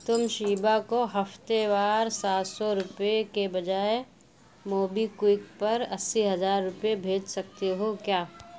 تم شیبہ کو ہفتے وار سات سو روپے کے بجائے موبی کیوک پر اسی ہزار روپے بھیج سکتے ہو کیا